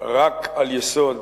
רק על יסוד